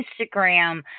Instagram